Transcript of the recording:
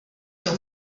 sur